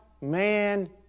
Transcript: man